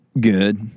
good